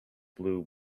blue